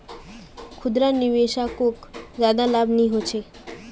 खुदरा निवेशाकोक ज्यादा लाभ नि होचे